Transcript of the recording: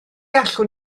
allwn